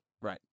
Right